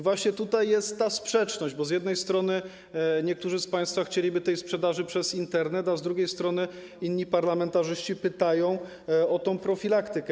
Właśnie tutaj jest sprzeczność, bo z jednej strony niektórzy z państwa chcieliby sprzedaży przez Internet, a z drugiej strony inni parlamentarzyści pytają o profilaktykę.